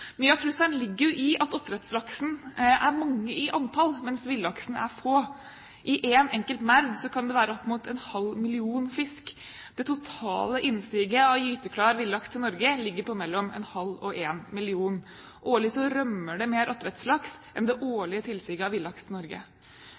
Mye av trusselen ligger jo i at oppdrettslaksen er mange i antall, mens villaksen er få. I en enkelt merd kan det være opp mot en halv million fisk. Det totale innsiget av gyteklar villaks til Norge ligger på mellom en halv og en million. Årlig rømmer det mer oppdrettslaks enn det